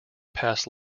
passed